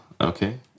okay